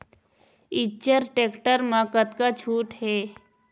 Eicher tractor म कतका छूट हे?